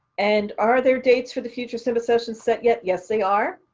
and are there dates for the future simba sessions set yet? yes, they are.